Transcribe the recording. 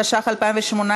התשע"ח 2018,